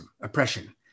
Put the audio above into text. oppression